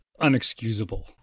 unexcusable